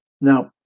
Now